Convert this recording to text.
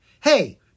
Hey